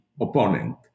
opponent